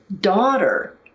daughter